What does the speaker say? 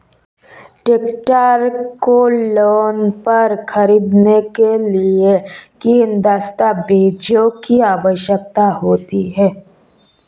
Tractor को loan पर खरीदने के लिए किन दस्तावेज़ों की आवश्यकता होती है?